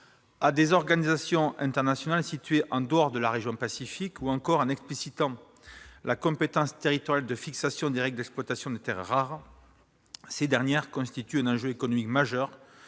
à des organisations internationales situées en dehors de la région Pacifique, ou encore en explicitant la compétence territoriale de fixation des règles d'exploitation des terres rares. Ces dernières constituent un enjeu économique majeur,